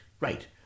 right